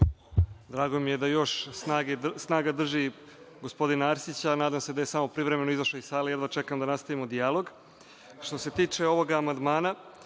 Drago mi je da još snaga drži gospodina Arsića, a nadam se da je samo privremeno izašao iz sale, jedva čekam da nastavimo dijalog. Što se tiče ovog amandmana,